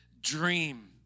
dream